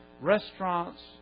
restaurants